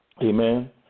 amen